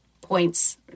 points